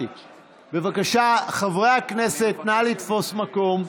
בבקשה, חברי הכנסת, נא לתפוס מקום.